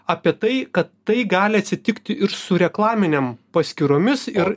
apie tai kad tai gali atsitikti ir su reklaminėm paskyromis ir